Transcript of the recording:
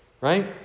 Right